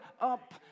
up